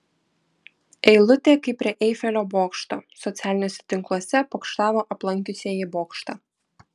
eilutė kaip prie eifelio bokšto socialiniuose tinkluose pokštavo aplankiusieji bokštą